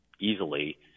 easily